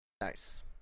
nice